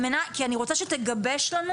כי אני רוצה שתגבש לנו